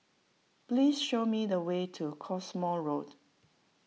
please show me the way to Cottesmore Road